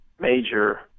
major